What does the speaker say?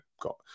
got